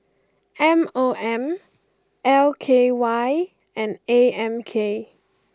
M O M L K Y and A M K